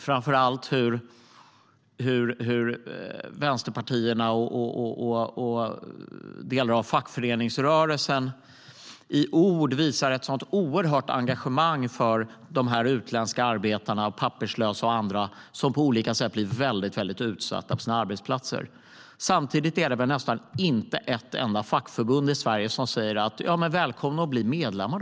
Framför allt visar vänsterpartierna och delar av fackföreningsrörelsen i ord ett oerhört engagemang för de utländska arbetarna, papperslösa och andra som på olika sätt blir väldigt utsatta på sina arbetsplatser. Samtidigt är det nästan inte ett enda fackförbund i Sverige som välkomnar dem att bli medlemmar.